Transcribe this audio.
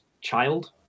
child